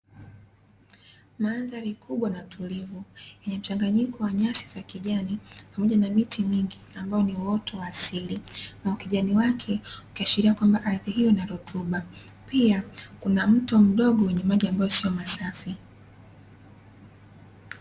Mandhari kubwa na tulivu yenye mchanganyiko wa nyasi za kijani pamoja na miti mingi ambao ni uoto wa asili, na ukijani wake ukiashiria ardhi hiyo inarutuba pia kuna mto mdogo wenye maji ambayo sio masafi.